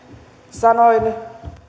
sanoin